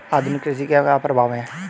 आधुनिक कृषि के क्या प्रभाव हैं?